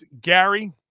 Gary